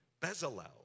Bezalel